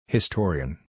Historian